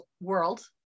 World